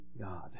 God